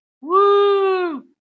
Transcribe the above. Woo